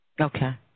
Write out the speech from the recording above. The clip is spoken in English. Okay